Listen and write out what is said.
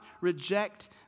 reject